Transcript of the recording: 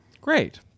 Great